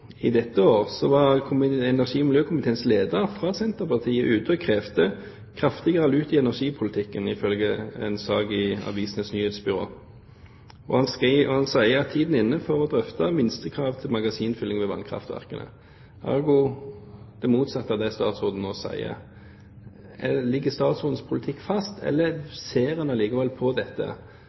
var energi- og miljøkomiteens leder fra Senterpartiet ute og krevde «Kraftigere lut» i energipolitikken, ifølge en sak i Avisenes Nyhetsbyrå. Han sier at tiden er inne for å drøfte «minstekrav til magasinfylling ved vannkraftverkene». Ergo: Det motsatte av det statsråden nå sier. Ligger statsrådens politikk fast, eller ser en likevel på dette